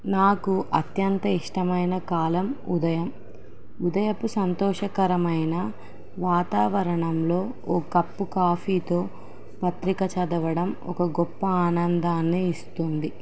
నాకు అత్యంత ఇష్టమైన కాలం ఉదయం ఉదయపు సంతోషకరమైన వాతావరణంలో ఓ కప్పు కాఫీతో పత్రిక చదవడం ఒక గొప్ప ఆనందాన్ని ఇస్తుంది